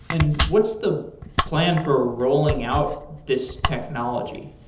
and what's the plan for rolling out this technology?